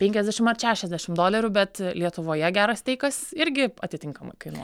penkiasdešimt ar šešiasdešimt dolerių bet lietuvoje geras steikas irgi atitinkamai kainuo